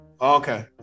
Okay